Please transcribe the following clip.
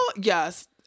yes